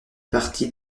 partie